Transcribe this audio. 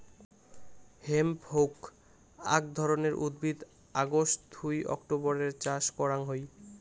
hemp হউক আক ধরণের উদ্ভিদ অগাস্ট থুই অক্টোবরের চাষ করাং হই